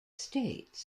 states